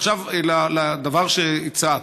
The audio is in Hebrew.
עכשיו, לדבר הזה שהצעת,